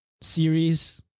series